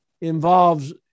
involves